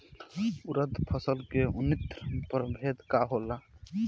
उरद फसल के उन्नत प्रभेद का होला?